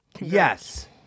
Yes